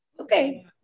Okay